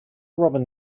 robin